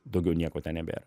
daugiau nieko ten nebėra